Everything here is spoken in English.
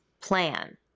plan